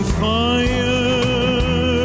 fire